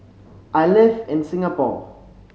I live in Singapore